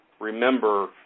Remember